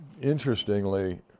Interestingly